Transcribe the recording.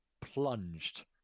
plunged